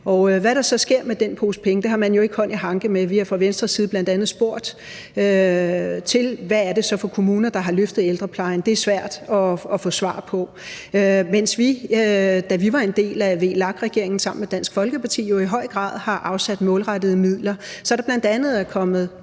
hvad der så sker med den pose penge, har man ikke hånd i hanke med. Vi har fra Venstres side bl.a. spurgt til, hvad det så er for nogle kommuner, der har løftet ældreplejen. Det er svært at få et svar på. Der afsatte vi, da vi var en del af VLAK-regeringen, sammen med Dansk Folkeparti i høj grad midler målrettet bestemte ting, så der bl.a. er kommet